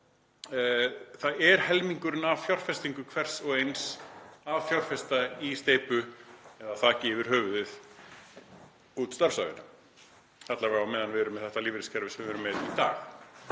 Það er helmingurinn af fjárfestingu hvers og eins að fjárfesta í steypu eða þaki yfir höfuðið út starfsævina, alla vega á meðan við erum með þetta lífeyriskerfi sem við erum með í dag.